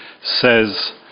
says